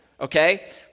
Okay